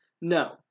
No